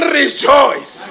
rejoice